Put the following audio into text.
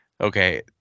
okay